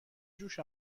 جوش